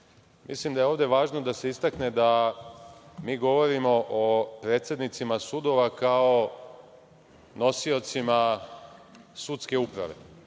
Srbiji. Mislim da je ovde važno da se istakne da mi govorimo o predsednicima sudova kao nosiocima sudske uprave,